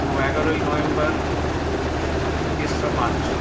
ও এগারোই নভেম্বর ও তেসরা মার্চ